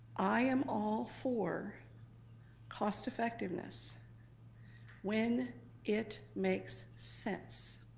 i am all for cost effectiveness when it makes sense.